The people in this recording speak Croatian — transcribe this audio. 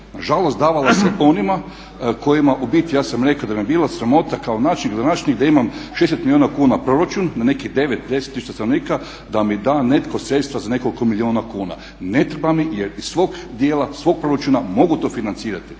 žalost, davalo se onima kojima u biti ja sam rekao da bi me bilo sramota kao načelnik, gradonačelnik da imam 60 milijuna kuna proračun, na nekih 9, 10000 stanovnika, da mi da netko sredstva za nekoliko milijuna kuna. Ne treba mi iz svog dijela, svog proračuna mogu to financirati.